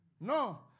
No